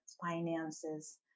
finances